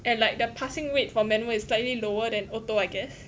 and like the passing rate for manual is slightly lower than auto I guess